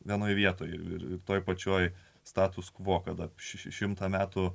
vienoje vietoje ir toje pačioje status kvo kada šeši šimtą metų